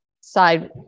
side